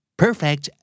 perfect